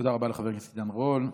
תודה רבה לחבר הכנסת עידן רול.